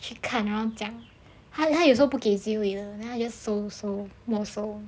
去看然后讲有时候他不会给机会的 then 他就收收没收